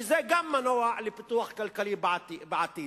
שזה גם מנוע לפיתוח כלכלי בעתיד.